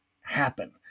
happen